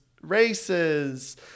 races